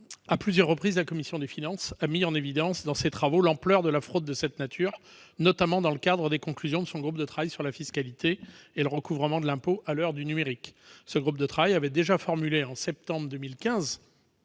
À plusieurs reprises, les travaux de la commission des finances ont mis en évidence l'ampleur de la fraude de cette nature, notamment dans le cadre des conclusions de son groupe de travail sur la fiscalité et le recouvrement de l'impôt à l'heure du numérique. Ce groupe de travail avait déjà formulé, en septembre 2015,